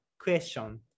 question